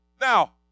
Now